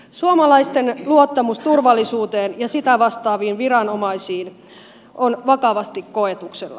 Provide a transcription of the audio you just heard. suomalaisten luottamus turvallisuuteen ja siitä vastaaviin viranomaisiin on vakavasti koetuksella